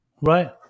Right